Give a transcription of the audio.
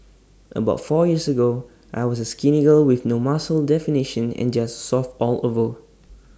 about four years ago I was A skinny girl with no muscle definition and just soft all over